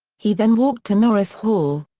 he then walked to norris hall.